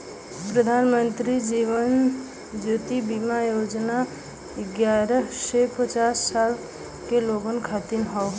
प्रधानमंत्री जीवन ज्योति बीमा योजना अठ्ठारह से पचास साल के लोगन खातिर हौ